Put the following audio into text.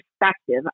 perspective